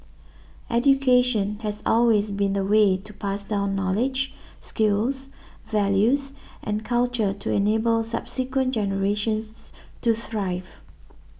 education has always been the way to pass down knowledge skills values and culture to enable subsequent generations to thrive